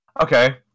okay